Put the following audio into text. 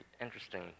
interesting